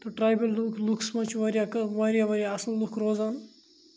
تہٕ ٹرٛایبٕل لوٗکھ لوٗکَس منٛز چھِ واریاہ کٲ واریاہ واریاہ اَصٕل لُکھ روزان